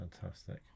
Fantastic